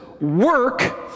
work